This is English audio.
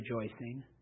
rejoicing